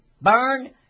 burn